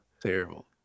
Terrible